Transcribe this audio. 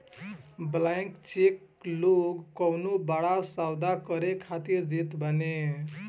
blank cheque लोग कवनो बड़ा सौदा करे खातिर देत बाने